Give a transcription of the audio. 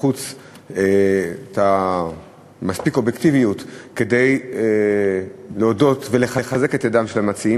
מבחוץ מספיק אובייקטיביות כדי להודות ולחזק את ידם של המציעים,